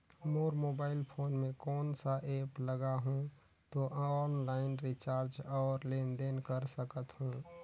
मोर mobile phone मे कोन सा एप्प लगा हूं तो ऑनलाइन रिचार्ज और लेन देन कर सकत हू?